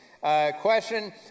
Question